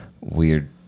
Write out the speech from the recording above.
weird